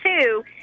two